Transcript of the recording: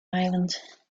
island